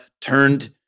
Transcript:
turned